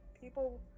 people